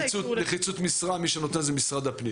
נחיצות משרה מי שנותן זה משרד הפנים.